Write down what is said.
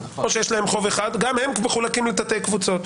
או שיש להם חוב אחד גם הם מחולקים לתתי קבוצות.